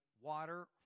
water